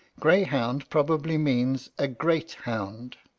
greyhound probably means a great hound.